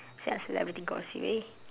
sell celebrity gossip eh